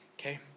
Okay